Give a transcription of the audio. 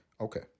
Okay